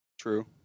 True